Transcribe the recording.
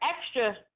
extra